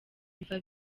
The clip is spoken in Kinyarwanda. biva